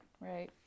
right